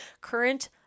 current